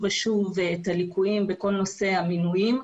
ושוב את הליקויים בכל נושא המינויים.